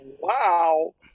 wow